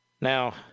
Now